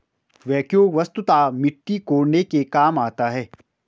backhoe वस्तुतः मिट्टी कोड़ने के काम आता है